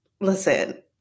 listen